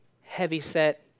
heavy-set